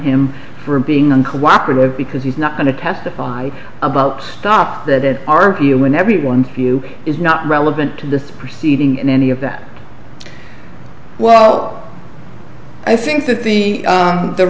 him for being uncooperative because he's not going to testify about stop that arkia when everyone's view is not relevant to this proceeding and any of that well i think that the